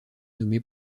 nommé